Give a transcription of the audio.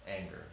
anger